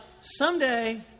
someday